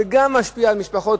זה גם משפיע על משפחות.